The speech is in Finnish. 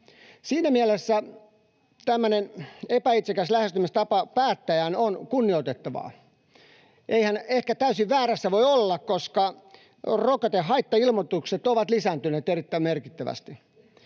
Siinä mielessä tämmöinen epäitsekäs lähestymistapa päättäjään on kunnioitettavaa. Ei hän ehkä täysin väärässä voi olla, koska rokotehaittailmoitukset ovat lisääntyneet erittäin merkittävästi.